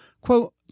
quote